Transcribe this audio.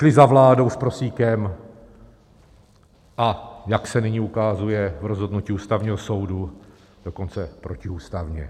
Šli za vládou s prosíkem, a jak se nyní ukazuje v rozhodnutí Ústavního soudu, dokonce protiústavně.